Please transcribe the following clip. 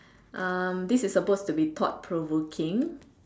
uh this is supposed to be thought provoking